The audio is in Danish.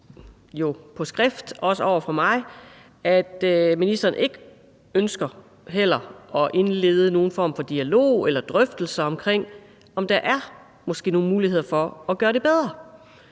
på skrift, også over for mig, afviser det og heller ikke ønsker at indlede nogen form for dialog eller drøftelse af, at der måske er nogle muligheder for at gøre det bedre.